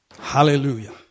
Hallelujah